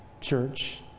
church